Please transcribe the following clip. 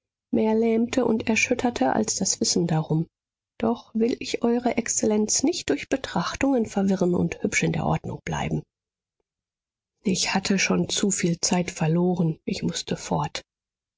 mehr lähmte und erschütterte als das wissen darum doch will ich eure exzellenz nicht durch betrachtungen verwirren und hübsch in der ordnung bleiben ich hatte schon zuviel zeit verloren ich mußte fort